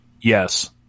Yes